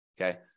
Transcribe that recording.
okay